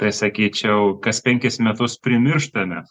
tai sakyčiau kas penkis metus primirštame